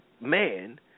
man